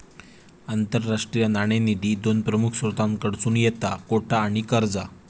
आंतरराष्ट्रीय नाणेनिधी दोन प्रमुख स्त्रोतांकडसून येता कोटा आणि कर्जा